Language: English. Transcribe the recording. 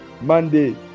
Monday